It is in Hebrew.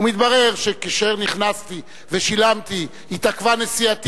ומתברר שכאשר נכנסתי ושילמתי התעכבה נסיעתי